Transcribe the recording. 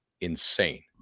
insane